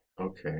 Okay